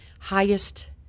highest